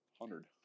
Hundred